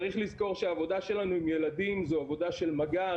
צריך לזכור שהעבודה שלנו עם ילדים זאת עבודה של מגע,